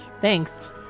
Thanks